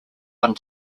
one